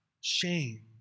shame